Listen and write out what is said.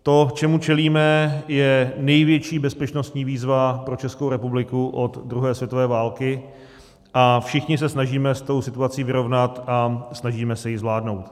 To, čemu čelíme, je největší bezpečnostní výzva pro Českou republiku od druhé světové války, a všichni se snažíme s tou situací vyrovnat a snažíme se ji zvládnout.